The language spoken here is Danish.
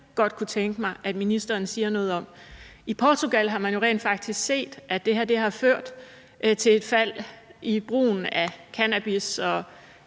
godt kunne tænke mig at ministeren siger noget om. I Portugal har man rent faktisk set, at det her har ført til et fald i brugen af cannabis og